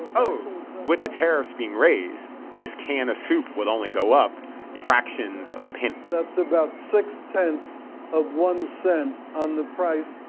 oh, with the tariffs being raised, this can of soup would only go up fractions of a penny that's about six-tenths of one cent on the price.